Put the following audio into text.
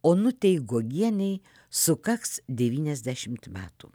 onutei guogienei sukaks devyniasdešimt metų